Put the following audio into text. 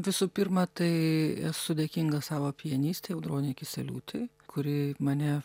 visų pirma tai esu dėkinga savo pianistei audronei kisieliūtei kuri mane